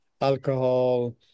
alcohol